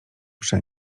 przy